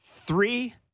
Three